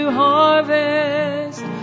harvest